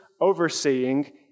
overseeing